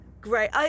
Great